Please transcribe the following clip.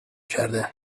کرده